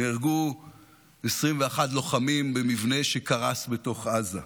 נהרגו 21 לוחמים במבנה שקרס בתוך עזה.